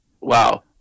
Wow